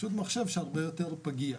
פשוט מחשב שהרבה יותר פגיע.